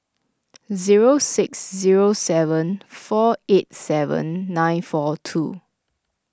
zero six zero seven four eight seven nine four two